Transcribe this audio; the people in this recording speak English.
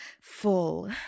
full